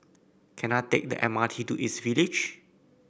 can I take the M R T to East Village